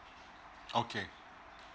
okay